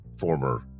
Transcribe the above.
former